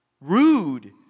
Rude